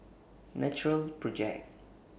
Natural Project